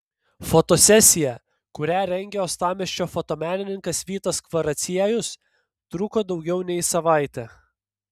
fotosesija kurią rengė uostamiesčio fotomenininkas vytas kvaraciejus truko daugiau nei savaitę